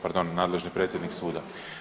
Pardon, nadležni predsjednik suda.